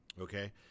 Okay